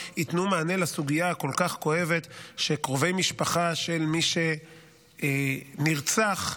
ייתנו מענה לסוגיה הכל-כך כואבת שקרובי משפחה של מי שנרצח -- וצדק.